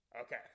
Okay